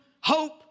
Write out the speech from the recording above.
hope